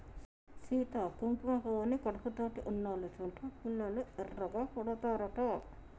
సీత కుంకుమ పువ్వుని కడుపుతోటి ఉన్నోళ్ళు తింటే పిల్లలు ఎర్రగా పుడతారట